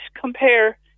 compare